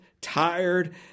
tired